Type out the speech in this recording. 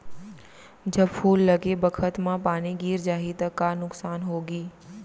जब फूल लगे बखत म पानी गिर जाही त का नुकसान होगी?